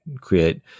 create